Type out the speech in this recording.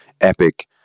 epic